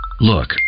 look